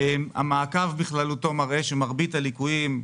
המעקב בכללותו מראה שמרבית הליקויים,